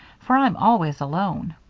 for i'm always alone.